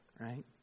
right